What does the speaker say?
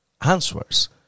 answers